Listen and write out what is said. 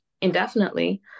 indefinitely